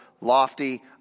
lofty